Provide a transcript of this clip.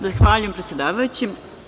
Zahvaljujem, predsedavajući.